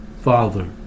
Father